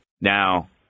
Now